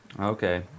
Okay